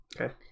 Okay